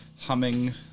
humming